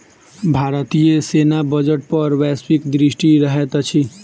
भारतीय सेना बजट पर वैश्विक दृष्टि रहैत अछि